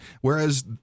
Whereas